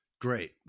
Great